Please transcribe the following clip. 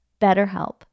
BetterHelp